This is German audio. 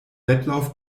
wettlauf